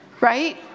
right